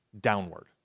downward